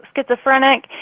schizophrenic